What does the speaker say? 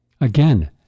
Again